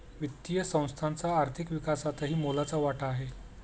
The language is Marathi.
वित्तीय संस्थांचा आर्थिक विकासातही मोलाचा वाटा आहे